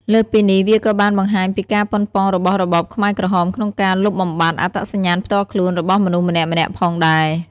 លើសពីនេះ វាក៏បានបង្ហាញពីការប៉ុនប៉ងរបស់របបខ្មែរក្រហមក្នុងការលុបបំបាត់ អត្តសញ្ញាណផ្ទាល់ខ្លួន របស់មនុស្សម្នាក់ៗផងដែរ។